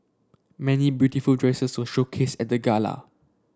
many beautiful dresses were showcased at the gala